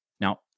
Now